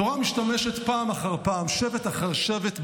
התורה משתמשת פעם אחר פעם, שבט אחר שבט.